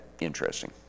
interesting